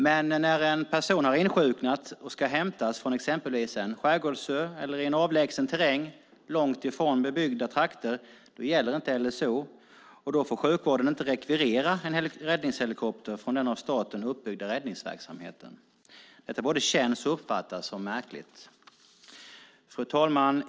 Men när en person har insjuknat och ska hämtas från exempelvis en skärgårdsö eller i en avlägsen terräng långt från bebyggda trakter gäller inte LSO, och då får sjukvården inte rekvirera en räddningshelikopter från den av staten uppbyggda räddningsverksamheten. Detta både känns och uppfattas som märkligt. Fru talman!